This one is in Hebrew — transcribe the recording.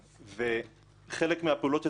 וחלק מהפעולות שצוינו פה,